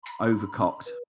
overcocked